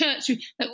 church